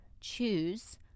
choose